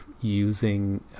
using